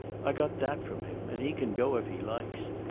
i got that from him, and he can go if he likes.